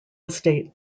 estate